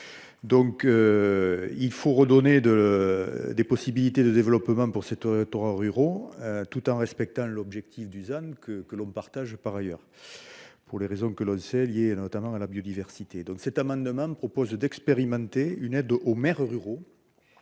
donc il faut redonner de des possibilités de développement pour cette auras ruraux tout en respectant l'objectif Dusan que que l'on partage par ailleurs pour les raisons que l'on sait lié notamment à la biodiversité, donc cet amendement propose d'expérimenter une aide aux maires ruraux